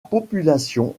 population